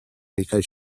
because